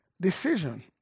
decision